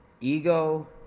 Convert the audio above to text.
ego